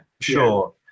Sure